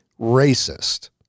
racist